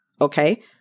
Okay